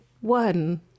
one